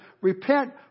repent